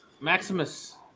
Maximus